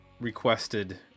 requested